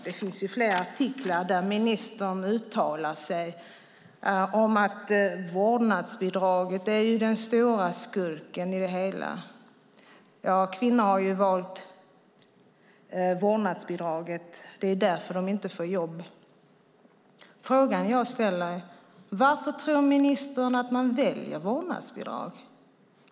Det finns flera artiklar där ministern uttalar sig om att vårdnadsbidraget är den stora skurken i det hela. Kvinnor har valt vårdnadsbidraget, och det är därför de inte får jobb. Frågan jag ställer är: Varför tror ministern att man väljer vårdnadsbidrag?